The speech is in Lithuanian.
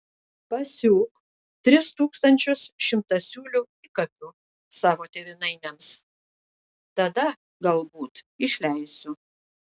pasiūk tris tūkstančius šimtasiūlių įkapių savo tėvynainiams tada galbūt išleisiu